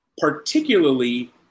particularly